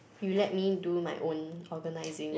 you let me do my own organizing